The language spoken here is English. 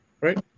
Right